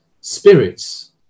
spirits